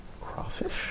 Crawfish